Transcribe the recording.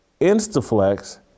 Instaflex